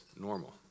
normal